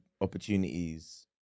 opportunities